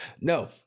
No